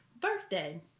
birthday